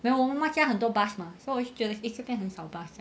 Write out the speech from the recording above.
then 我妈妈家很多 bus mah so 我就觉得 eh 这边很少 bus